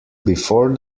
before